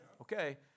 Okay